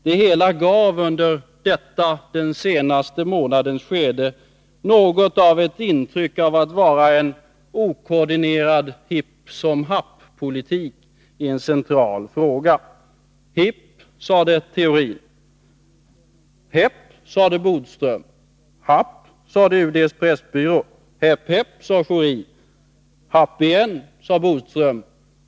Det hela gav under detta den senaste månadens skede ett intryck av att vara en okoordinerad hippsom-happ-politik i en central fråga. Hipp, sade Theorin. Häpp, sade Bodström. Happ, sade UD:s pressbyrå. Häpp häpp, sade Schori. Happ igen, sade Bodström.